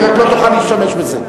היא רק לא תוכל להשתמש בזה.